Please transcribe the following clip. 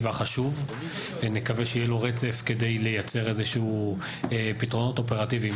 והחשוב ונקווה שיהיה לו רצף כדי לייצר איזשהם פתרונות אופרטיביים,